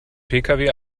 pkw